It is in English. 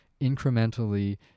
incrementally